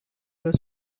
were